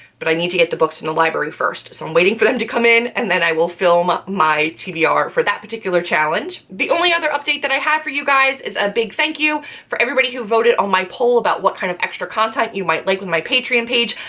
but i need to get the books in the library first so i'm waiting for them to come in and then i will film ah my tbr for that particular challenge. the only other update that i have for you guys is a big thank you for everybody who voted on my poll about what kind of extra content you might like with my patreon page.